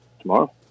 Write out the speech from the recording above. tomorrow